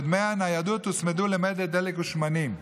ודמי הניידות הוצמדו למדד דלק ושמנים.